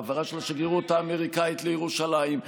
העברה של השגרירות האמריקנית לירושלים,